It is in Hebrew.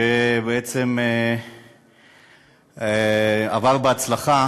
שבעצם עבר בהצלחה